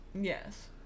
Yes